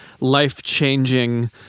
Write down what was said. life-changing